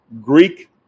Greek